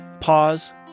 Pause